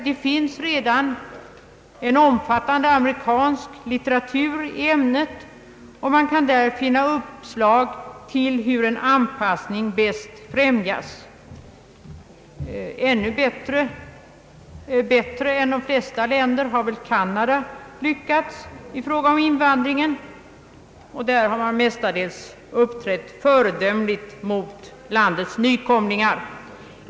Det finns redan en omfattande amerikansk litteratur i ämnet, och man kan i den finna uppslag till hur anpassningen bäst främjas. Bättre än de fiesta länder har väl Kanada lyckats i fråga om sina invandrare. Där har man mestadels uppträtt föredömligt mot landets nykomlingar.